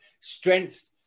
strength